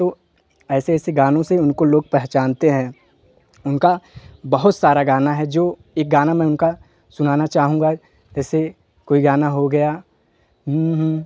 तो ऐसे ऐसे गानों से उनको लोग पहचानते हैं उनका बहुत सारा गाना है जो एक गाना मैं उनका सुनाना चाहूँगा जैसे कोई गाना हो गया